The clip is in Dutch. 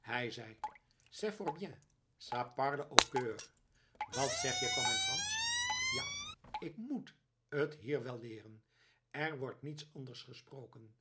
hij zei c'est fort bien ça parle au coeur wat zegt gij van mijn fransch ja ik moet het hier wel leeren er wordt niets anders gesproken